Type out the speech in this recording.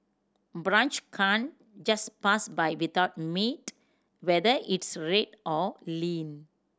brunch can't just pass by without meat whether it's red or lean